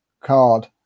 card